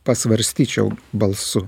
pasvarstyčiau balsu